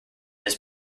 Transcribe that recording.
his